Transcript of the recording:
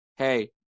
Hey